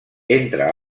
entre